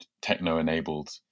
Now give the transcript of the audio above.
techno-enabled